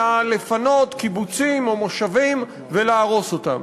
לפנות קיבוצים או מושבים ולהרוס אותם.